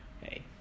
hey